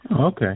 Okay